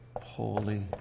holy